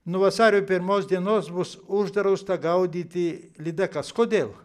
nuo vasario pirmos dienos bus uždrausta gaudyti lydekas kodėl